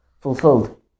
fulfilled